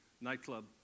nightclub